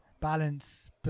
balance